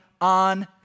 on